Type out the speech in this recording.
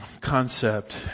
concept